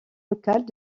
locales